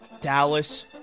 Dallas